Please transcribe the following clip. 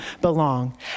belong